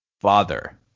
father